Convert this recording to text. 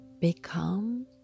become